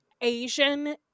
Asian